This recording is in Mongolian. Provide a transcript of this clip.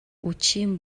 үдшийн